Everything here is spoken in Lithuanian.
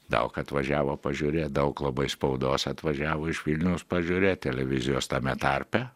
daug atvažiavo pažiūrėt daug labai spaudos atvažiavo iš vilniaus pažiūrėt televizijos tame tarpe